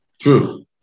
True